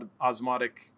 osmotic